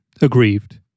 aggrieved